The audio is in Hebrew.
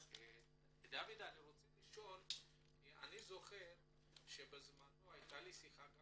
אני זוכר שבזמנו הייתה לי שיחה גם